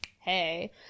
Hey